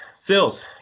Phil's